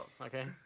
okay